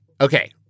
Okay